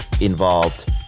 involved